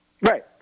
Right